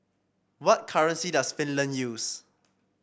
what currency does Finland use